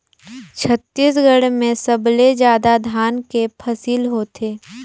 छत्तीसगढ़ में सबले जादा धान के फसिल होथे